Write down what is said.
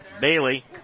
Bailey